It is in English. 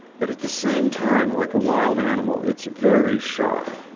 but at the same time, like a wild animal, it's very shy.